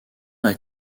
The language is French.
est